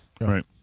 right